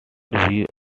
view